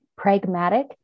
pragmatic